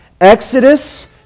Exodus